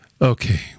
Okay